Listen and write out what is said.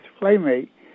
playmate